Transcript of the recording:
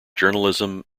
journalism